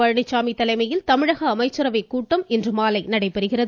பழனிச்சாமி தலைமையில் கமிழக அமைச்சரவைக் கூட்டம் இன்றுமாலை நடைபெறுகிறது